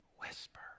whisper